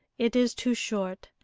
it is too short,